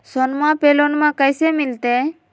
सोनमा पे लोनमा कैसे मिलते?